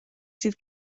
sydd